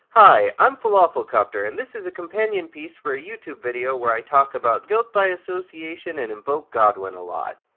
hi, i'm falafelcopter, and this is a companion piece for a youtube video where i talk about guilt by association and invoke godwin a lot.